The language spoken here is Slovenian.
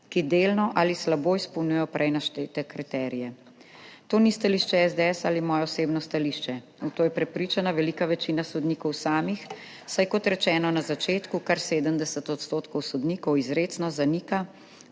ki delno ali slabo izpolnjujejo prej naštete kriterije. To ni stališče SDS ali moje osebno stališče. V to je prepričana velika večina sodnikov samih, saj, kot rečeno na začetku, kar 70 % sodnikov izrecno zanika